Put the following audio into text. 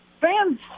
fans